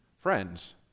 friends